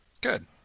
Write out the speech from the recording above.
Good